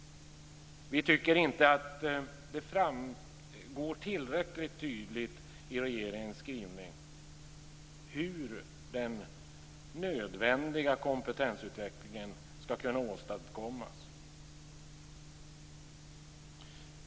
Vi tycker inte att det framgår tillräckligt tydligt i regeringens skrivning hur den nödvändiga kompetensutvecklingen ska kunna åstadkommas.